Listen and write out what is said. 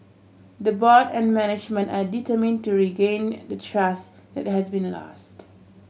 the board and management are determine to regain and the trust that has been lost